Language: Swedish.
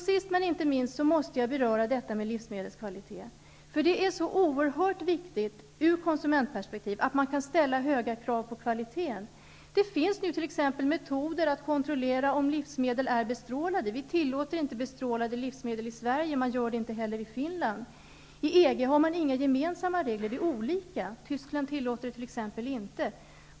Sist men inte minst måste jag beröra frågan om livsmedlens kvalitet, för det är så oerhört viktigt ur konsumentperspektiv att man kan ställa höga krav på kvaliteten. Det finns nu t.ex. metoder att kontrollera om livsmedel är bestrålade. Vi tillåter inte bestrålade livsmedel i Sverige. Man gör det inte heller i Finland. Inom EG finns inga gemensamma regler. Tyskland tillåter t.ex. inte bestrålning.